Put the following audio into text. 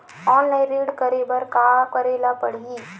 Online ऋण करे बर का करे ल पड़हि?